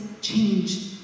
change